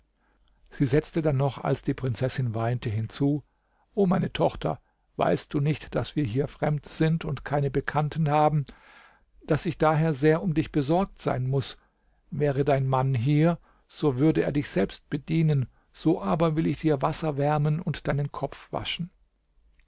sie setzte dann noch als die prinzessin weinte hinzu o meine tochter weißt du nicht daß wir hier fremd sind und keine bekannten haben daß ich daher sehr um dich besorgt sein muß wäre dein mann hier so würde er dich selbst bedienen so aber will ich dir wasser wärmen und deinen kopf waschen